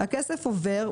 הכסף עובר,